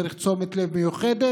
צריך תשומת לב מיוחדת